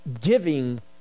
giving